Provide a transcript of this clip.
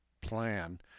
plan